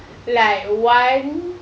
like one